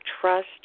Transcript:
trust